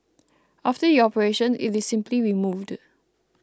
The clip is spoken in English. after the operation it is simply removed